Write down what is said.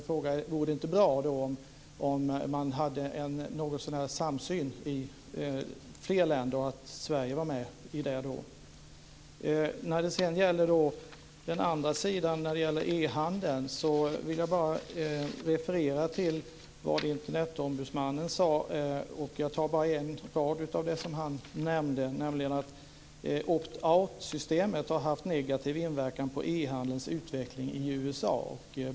Vore det då inte bra om man hade någotsånär samsyn i fler länder och att Sverige var med där? När det gäller den andra sidan, e-handeln, vill jag bara referera till vad Internetombudsmannen har sagt, nämligen att opt out-systemet har haft negativ inverkan på e-handelns utveckling i USA.